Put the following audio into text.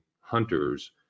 hunters